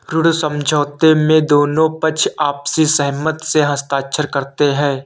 ऋण समझौते में दोनों पक्ष आपसी सहमति से हस्ताक्षर करते हैं